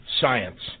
science